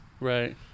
Right